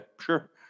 sure